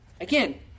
Again